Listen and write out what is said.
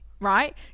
right